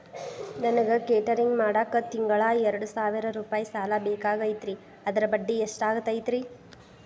ನನಗ ಕೇಟರಿಂಗ್ ಮಾಡಾಕ್ ತಿಂಗಳಾ ಎರಡು ಸಾವಿರ ರೂಪಾಯಿ ಸಾಲ ಬೇಕಾಗೈತರಿ ಅದರ ಬಡ್ಡಿ ಎಷ್ಟ ಆಗತೈತ್ರಿ?